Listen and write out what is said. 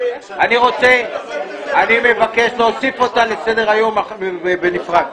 אני מבקש להוסיף אותה לסדר-היום בנפרד.